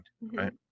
Right